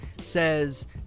says